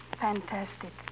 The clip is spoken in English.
fantastic